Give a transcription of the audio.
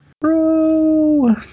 bro